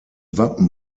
wappen